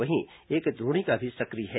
वहीं एक द्रोणिका भी सक्रिय है